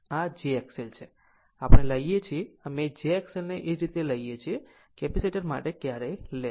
આમ આ jXL છે જે આપણે લઈએ છીએ અમે jXLને તે જ રીતે લઈએ છીએ કેપેસિટર માટે ક્યારે લેશે